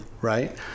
Right